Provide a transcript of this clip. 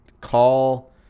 call –